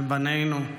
מבנינו,